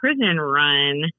prison-run